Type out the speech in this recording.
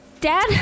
Dad